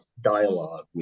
dialogue